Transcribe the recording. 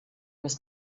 was